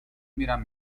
میرم